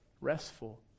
restful